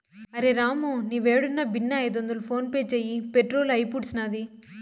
అరె రామూ, నీవేడున్నా బిన్నే ఐదొందలు ఫోన్పే చేయి, పెట్రోలు అయిపూడ్సినాది